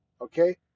okay